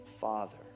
father